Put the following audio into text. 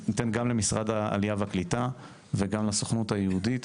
ניתן גם למשרד העלייה והקליטה וגם לסוכנות היהודית